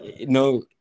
no